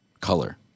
color